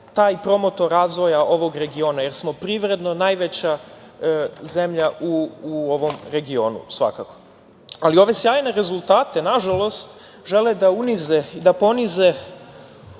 taj promotor razvoja ovog regiona, jer smo privredno najveća zemlja u ovom regionu svakako. Ove sjajne rezultate, nažalost, žele da unize i da ponize